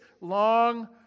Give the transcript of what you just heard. long